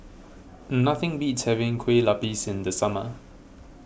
nothing beats having Kueh Lopes in the summer